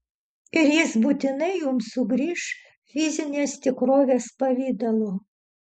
ir jis būtinai jums sugrįš fizinės tikrovės pavidalu